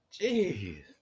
jeez